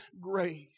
grace